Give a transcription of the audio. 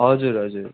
हजुर हजुर